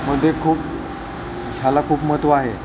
मध्ये खूप ह्याला खूप महत्त्व आहे